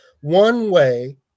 one-way